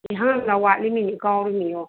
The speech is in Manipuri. ꯍꯪꯒꯥꯝ ꯊꯥꯎ ꯋꯥꯠꯂꯤꯃꯤꯅꯦ ꯀꯥꯎꯔꯤꯃꯤ ꯌꯦꯡꯉꯣ